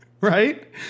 Right